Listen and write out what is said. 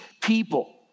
people